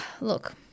look